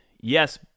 yes